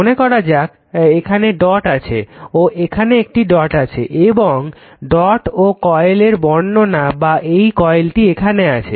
মনে করা যাক এখানে ডট আছে ও এখানে একটি ডট আছে এবং ডট ও কয়েলের বর্ণনা বা এই কয়েলটি এখানে আছে